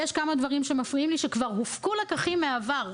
יש כמה דברים שמפריעים לי שכבר הופקו לקחים מהעבר.